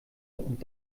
und